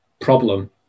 Problem